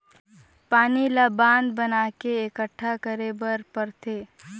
पानी ल बांधा बना के एकटठा करे बर परथे